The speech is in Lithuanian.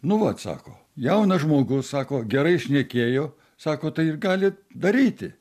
nu vat sako jaunas žmogus sako gerai šnekėjo sako tai ir gali daryti